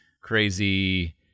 crazy